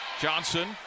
Johnson